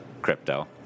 crypto